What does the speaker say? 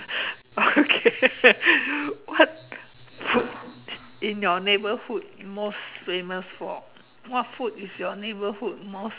okay what food in your neighborhood most famous for what food is your neighborhood most